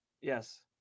Yes